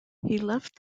left